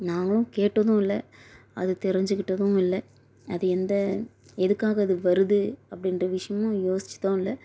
நாங்களும் கேட்டதும் இல்லை அது தெரிஞ்சிக்கிட்டதும் இல்லை அது எந்த எதற்காக அது வருது அப்படின்ற விஷயமும் யோசிச்சதும் இல்லை